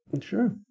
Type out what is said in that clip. Sure